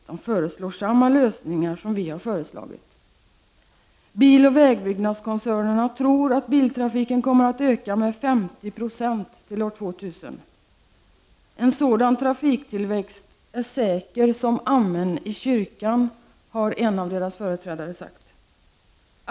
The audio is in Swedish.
De föreslår samma lösningar som vi har föreslagit.” Biloch vägbyggnadskoncernerna tror att biltrafiken kommer att öka med 50 90 till år 2000. En sådan trafiktillväxt ”är säker som amen i kyrkan”, har en av deras företrädare sagt.